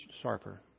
sharper